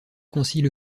concile